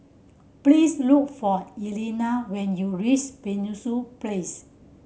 please look for Elena when you reach Penshurst Place